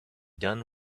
done